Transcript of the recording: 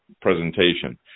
presentation